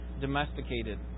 domesticated